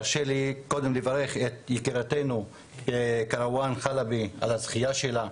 תרשה לי קודם לברך את יקירתנו כרואן חלבי על הזכייה שלה.